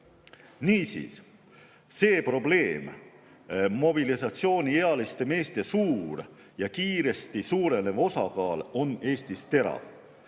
Niisiis, see probleem, mobilisatsiooniealiste meeste suur ja kiiresti suurenev osakaal on Eestis terav.